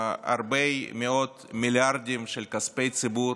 הרבה מאוד מיליארדים של כספי ציבור